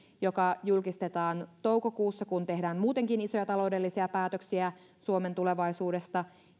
joka julkistetaan toukokuussa kun tehdään muutenkin isoja taloudellisia päätöksiä suomen tulevaisuudesta